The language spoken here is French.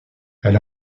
elle